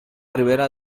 rivera